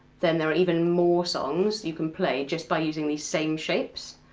then there are even more songs you can play just by using these same shapes,